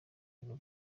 rugo